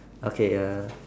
okay uh